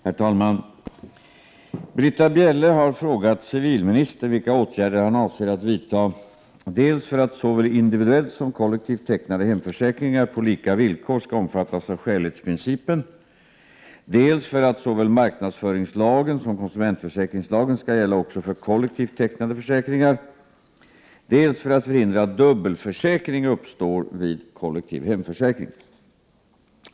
Herr talman! Britta Bjelle har frågat civilministern vilka åtgärder han avser att vidta dels för att såväl individuellt som kollektivt tecknade hemförsäkringar på lika villkor skall omfattas av skälighetsprincipen, dels för att såväl marknadsföringslagen som konsumentförsäkringslagen skall gälla också för kollektivt tecknade försäkringar, dels för att förhindra att dubbelförsäkring uppstår vid kollektiv hemförsäkring.